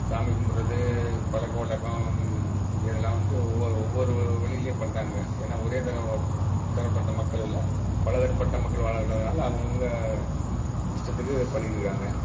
சாமி கும்புடுறது பழக்க வழக்கம் இதெல்லாம் வந்து ஒவ்வொரு ஒவ்வொரு வழியிலயும் பண்ணுறாங்க ஏன்னால் ஒரே தரவ தரப்பட்ட மக்கள் இல்லை பல தரப்பட்ட மக்கள் வாழுறதுனால் அவங்கவுங்க இஷ்டத்துக்கு பண்ணிட்டுருக்காங்க